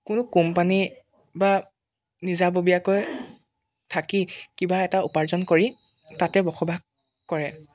কোনো কোম্পানী বা নিজাববীয়াকৈ থাকি কিবা এটা উপাৰ্জন কৰি তাতে বসবাস কৰে